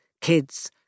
kids